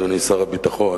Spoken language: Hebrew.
אדוני שר הביטחון,